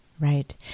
Right